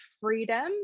freedom